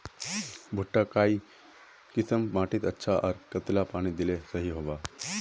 भुट्टा काई किसम माटित अच्छा, आर कतेला पानी दिले सही होवा?